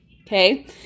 okay